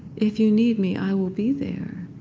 if you need me i will be there.